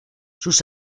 sus